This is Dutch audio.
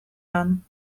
aan